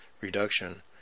reduction